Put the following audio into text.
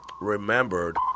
remembered